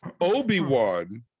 Obi-Wan